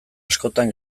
askotan